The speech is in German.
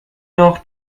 noch